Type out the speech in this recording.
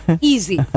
easy